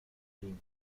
indias